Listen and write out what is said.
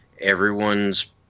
Everyone's